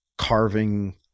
carving